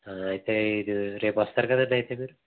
అయితే రేపు వస్తారు కదండి అయితే మీరు